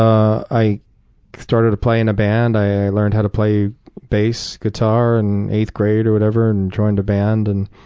i i started to play in a band. i learned how to play bass guitar in eighth grade or whatever and joined a band. and